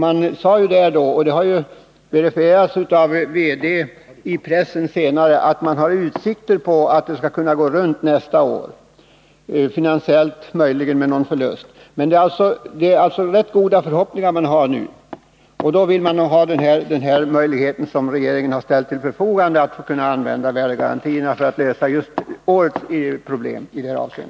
Det sades då — och det har senare verifierats i pressen av verkställande direktören — att det finns utsikter för att verksamheten skall ”gå runt” nästa år — möjligen blir det någon liten förlust. Man har emellertid ganska goda förhoppningar nu, och då vill man kunna utnyttja den möjlighet som regeringen har ställt till förfogande, nämligen att använda värdegarantierna för att lösa de nu aktuella problemen.